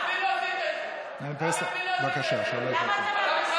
למה אצלי לא עשית את זה,